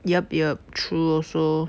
yup yup true also